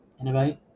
Innovate